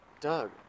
Doug